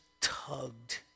tugged